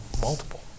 multiple